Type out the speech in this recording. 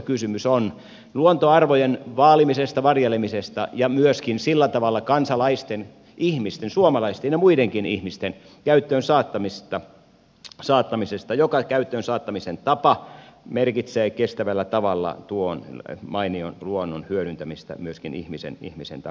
kysymys on luontoarvojen vaalimisesta varjelemisesta ja myöskin sillä tavalla saattamisesta kansalaisten ihmisten suomalaisten ja muidenkin ihmisten käyttöön että käyttöön saattamisen tapa merkitsee kestävällä tavalla tuon mainion luonnon hyödyntämistä myöskin ihmisen tarpeisiin